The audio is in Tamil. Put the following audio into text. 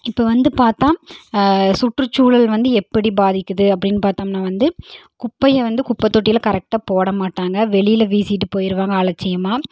இப்போ வந்து பார்த்தா சுற்றுச்சூழல் வந்து எப்படி பாதிக்குது அப்படின்னு பார்த்தோம்னா வந்து குப்பையை வந்து குப்பை தொட்டியில் கரெக்டாக போட மாட்டாங்க வெளியில் வீசிட்டு போய்டுவாங்க அலட்சியமாக